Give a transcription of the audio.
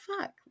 fuck